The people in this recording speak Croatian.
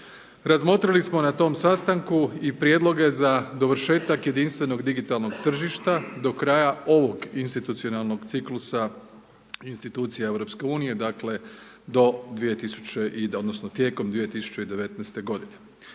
Razmotrili smo na tom sastanku i prijedloge za dovršetak jedinstvenog digitalnog tržišta, do kraja ovog institucionalnog ciklusa, institucije EU, dakle, do, odnosno, tijekom 2019. g.